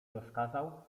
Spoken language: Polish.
rozkazał